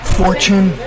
fortune